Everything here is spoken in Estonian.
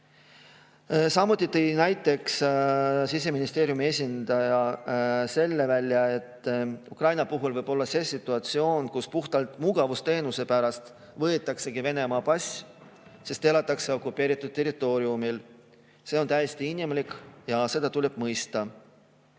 tõi Siseministeeriumi esindaja näiteks selle, et Ukraina puhul võib olla see situatsioon, kus puhtalt mugavusteenuse pärast võetaksegi Venemaa pass, sest elatakse okupeeritud territooriumil. See on täiesti inimlik ja seda tuleb mõista.